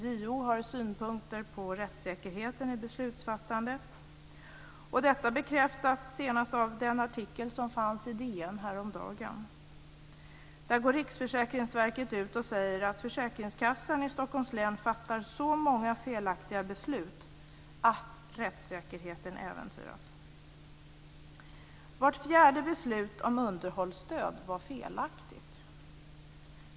JO har synpunkter på rättssäkerheten i beslutsfattandet. Detta bekräftades senast av den artikel som fanns i DN häromdagen. Riksförsäkringsverket går ut och säger att försäkringskassan i Stockholms län fattar så många felaktiga beslut att rättssäkerheten äventyras. Vart fjärde beslut om underhållsstöd var felaktigt.